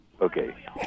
Okay